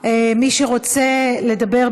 מי שרוצה לדבר,